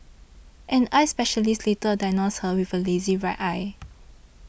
an eye specialist later diagnosed her with a lazy right eye